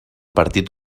partit